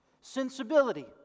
sensibility